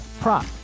prop